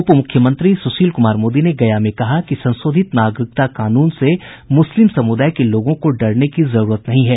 उप मूख्यमंत्री सुशील कुमार मोदी ने गया में कहा कि संशोधित नागरिकता कानून से मुस्लिम समुदाय के लोगों को डरने की जरूरत नहीं है